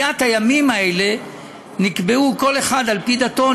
הימים האלה נקבעו כל אחד על פי דתו,